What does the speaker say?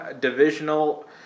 divisional